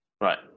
right